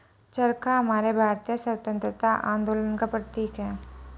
चरखा हमारे भारतीय स्वतंत्रता आंदोलन का प्रतीक है